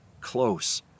close